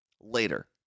later